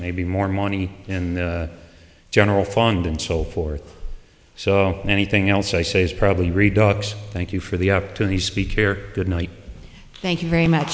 maybe more money in the general fund and so forth so anything else i say is probably read dogs thank you for the up to the speech here good night thank you very much